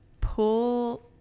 pull